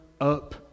up